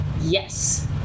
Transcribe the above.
Yes